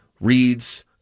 reads